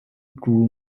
grew